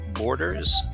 borders